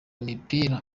imipira